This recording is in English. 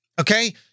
Okay